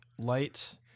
Light